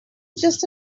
just